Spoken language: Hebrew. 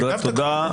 תודה.